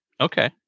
Okay